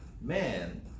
man